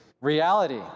reality